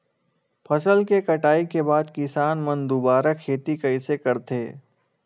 फसल के कटाई के बाद किसान मन दुबारा खेती कइसे करथे?